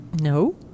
No